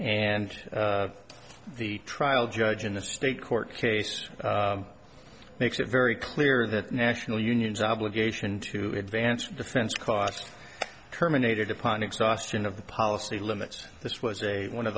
and the trial judge in the state court case makes it very clear that national union's obligation to advance the defense cost terminated upon exhaustion of the policy limits this was a one of